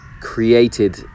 created